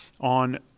on